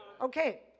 Okay